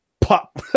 pop